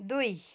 दुई